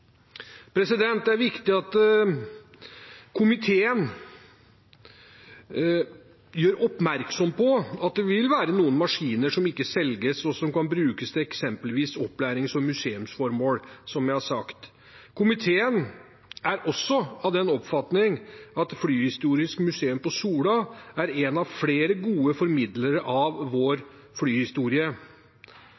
Det er viktig at komiteen gjør oppmerksom på at det vil være noen maskiner som ikke selges, og som kan brukes til eksempelvis opplærings- og museumsformål, som jeg har sagt. Komiteen er også av den oppfatning at Flyhistorisk Museum Sola er en av flere gode formidlere av vår